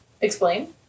Explain